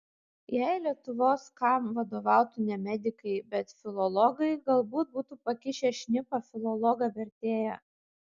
jei lietuvos kam vadovautų ne medikai bet filologai galbūt būtų pakišę šnipą filologą vertėją